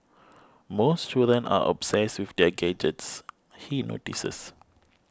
most children are obsessed with their gadgets he notices